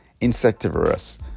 insectivorous